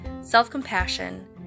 self-compassion